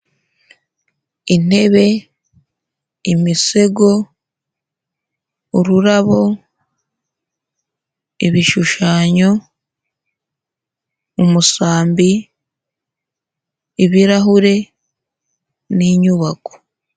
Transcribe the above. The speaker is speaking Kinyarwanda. Intebe, imisego, ururabo, ibishushanyo, umusambi, ibirahure n'inyubako.